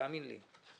תאמין לי.